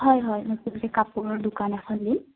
হয় হয় মই কাপোৰৰ দোকান এখন দিম